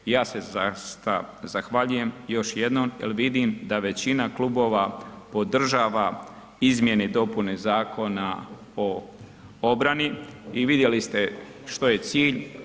Ja se zaista zahvaljujem još jednom jer vidim da većina klubova podržava izmjene i dopune Zakon o obrani i vidjeli ste što je cilj.